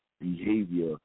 behavior